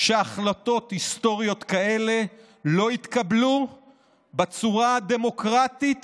שהחלטות היסטוריות כאלה לא יתקבלו בצורה הדמוקרטית